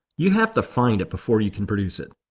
you have to find it before you can produce it.